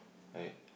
like